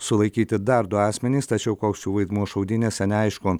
sulaikyti dar du asmenys tačiau koks jų vaidmuo šaudynėse neaišku